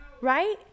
Right